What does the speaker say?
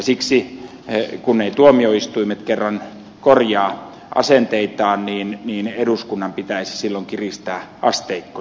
siksi kun eivät tuomioistuimet kerran korjaa asenteitaan eduskunnan pitäisi silloin kiristää rangaistusasteikkoja